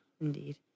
Indeed